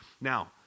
Now